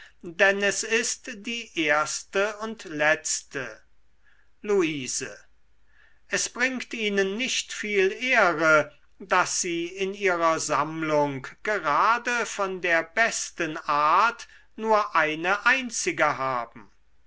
denn es ist die erste und letzte luise es bringt ihnen nicht viel ehre daß sie in ihrer sammlung gerade von der besten art nur eine einzige haben